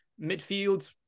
midfield